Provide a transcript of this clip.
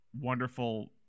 wonderful